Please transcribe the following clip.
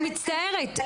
אני מצטערת.